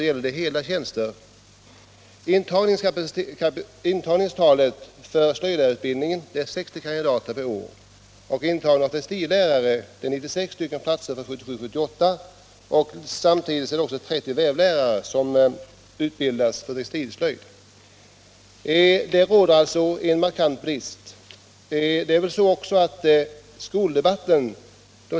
Skoldebatten under senare år har i stor utsträckning berört SIA-utredningens betänkande.